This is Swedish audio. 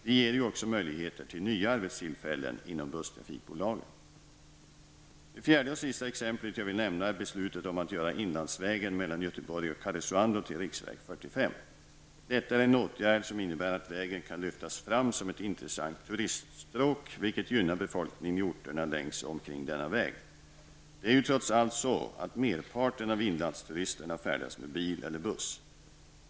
Det ger ju också möjligheter till nya arbetstillfällen inom busstrafikbolagen. Det fjärde och sista exemplet jag vill nämna är beslutet om att göra inlandsvägen mellan Göteborg och Karesuando till riksväg 45. Detta är en åtgärd som innebär att vägen kan lyftas fram som ett intressant turiststråk, vilket gynnar befolkningen i orterna längs och omkring denna väg. Det är ju trots allt så att merparten av inlandsturisterna färdas med bil eller buss.